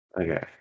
okay